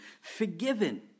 Forgiven